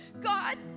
God